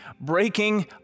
breaking